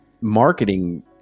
marketing